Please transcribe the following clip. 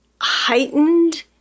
heightened